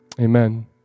amen